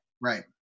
Right